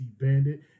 bandit